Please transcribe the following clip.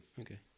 Okay